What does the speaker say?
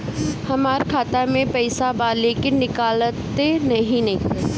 हमार खाता मे पईसा बा लेकिन निकालते ही नईखे?